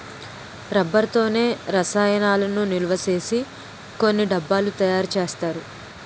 rubber తోనే రసాయనాలను నిలవసేసి కొన్ని డబ్బాలు తయారు చేస్తారు